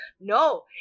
No